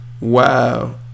Wow